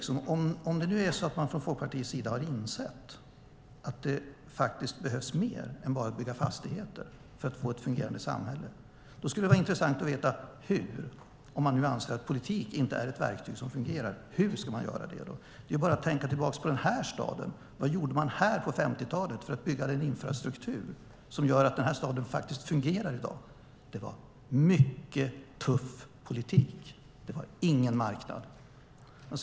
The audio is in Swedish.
Om man nu från Folkpartiets sida har insett att det faktiskt behövs mer än att bara bygga fastigheter skulle det vara intressant att veta hur - om politik inte är ett verktyg som fungerar, hur ska man göra då? Man kan ju bara tänka tillbaka på den här staden. Vad gjorde man på 1950-talet för att bygga den infrastruktur som gör att den här staden faktiskt fungerar i dag. Det var mycket tuff politik. Det var ingen marknad.